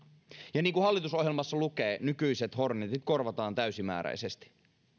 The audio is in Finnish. ja niin kuin hallitusohjelmassa lukee nykyiset hornetit korvataan täysimääräisesti